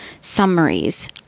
summaries